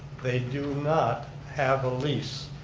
they do not have a lease,